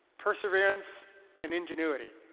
perseverance and ingenuity.